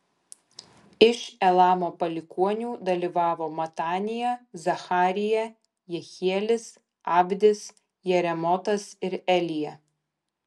iš elamo palikuonių dalyvavo matanija zacharija jehielis abdis jeremotas ir elija